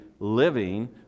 living